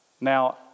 Now